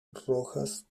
rojos